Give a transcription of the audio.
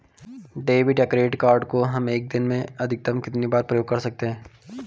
Debit या credit card को हम एक दिन में अधिकतम कितनी बार प्रयोग कर सकते हैं?